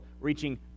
reaching